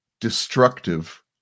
destructive